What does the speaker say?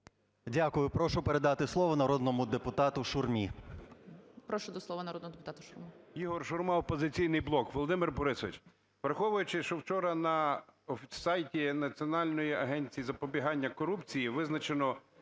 Дякую. Прошу передати слово народному депутату Шурмі.